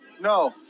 No